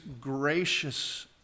gracious